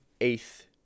eighth